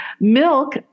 Milk